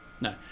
No